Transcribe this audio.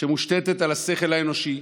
שמושתתת על השכל האנושי,